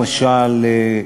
למשל,